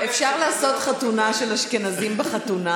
אפשר לעשות חתונה של אשכנזים בקורונה